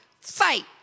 fight